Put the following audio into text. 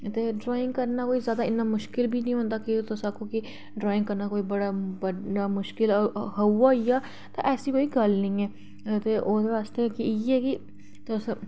ते ड्राइंग करना कोई इन्ना जादा मुश्कल बी निं होंदा की ड्राइंग करना कोई बड़ा बड्डा हौवा होई गेआ ते ऐसी कोई गल्ल निं ऐ ते ओह्दे बास्तै इ'यै कि तुस